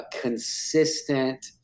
consistent